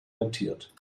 rentiert